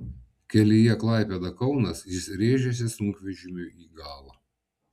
kelyje klaipėda kaunas jis rėžėsi sunkvežimiui į galą